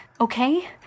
okay